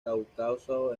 cáucaso